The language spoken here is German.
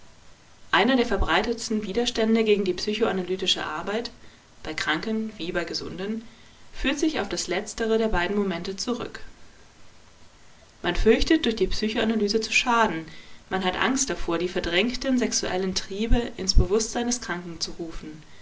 einer der verbreitetsten widerstände gegen die psychoanalytische arbeit bei kranken wie bei gesunden führt sich auf das letztere der beiden momente zurück man fürchtet durch die psychoanalyse zu schaden man hat angst davor die verdrängten sexuellen triebe ins bewußtsein des kranken zu rufen